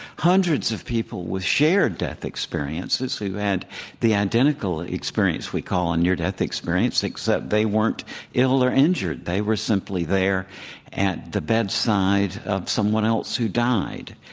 hundreds of people with shared death experiences who had and the identical experience we call a near-death experience, except they weren't ill or injured, they were simply there at the bedside of someone else who died,